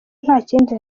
ntakindi